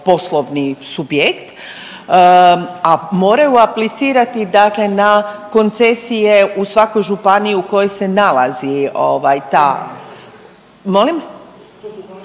poslovni subjekt, a moraju aplicirati dakle na koncesije u svakoj županiji u kojoj se nalazi ovaj ta,